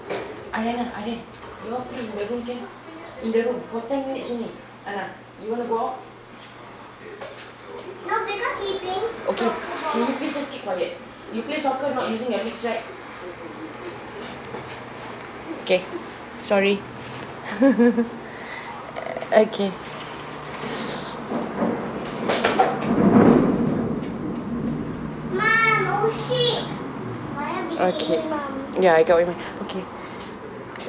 okay sorry okay okay I got with me